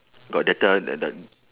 got data then done